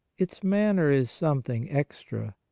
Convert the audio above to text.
its manner is something extra,